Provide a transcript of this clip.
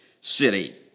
city